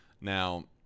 Now